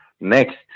next